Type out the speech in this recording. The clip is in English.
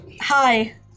Hi